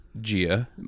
Gia